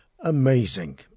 amazing